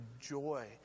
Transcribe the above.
joy